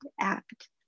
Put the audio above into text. act